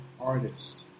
artist